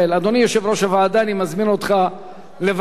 אם כן, רבותי,